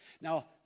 Now